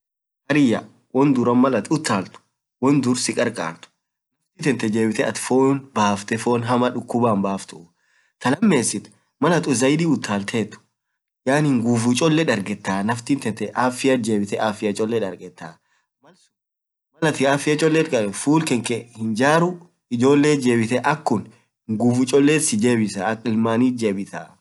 harriyya wonduraa malaatin utaalt, wondur sikarkartjebitee att foon baftee foon dukubaa hamaa hinbaftuu.taa lamesiit malaat utalteet yaani nguvuu cholle dargetaanaftin tantee afyaat jebitee afyaa cholle dargetaamalatin afya cholle dargeet jebitee fulkee hinjaruu ijoleet jebitee akk kuun, nguvuu chollet jebitta akk illmanit jebbitaa.